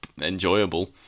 enjoyable